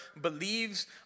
believes